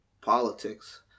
politics